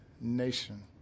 nation